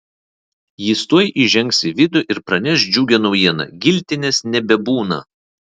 jis tuoj įžengs į vidų ir praneš džiugią naujieną giltinės nebebūna